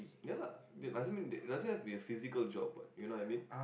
ya lah that doesn't mean that doesn't have to be a physical job what you know what I mean